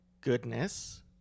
goodness